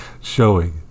showing